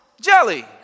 jelly